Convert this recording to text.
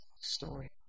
story